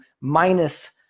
minus